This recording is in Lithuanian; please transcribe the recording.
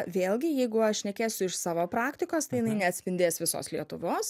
vėlgi jeigu aš šnekėsiu iš savo praktikos tai jinai neatspindės visos lietuvos